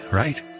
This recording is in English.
right